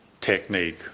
technique